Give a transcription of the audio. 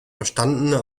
verstandene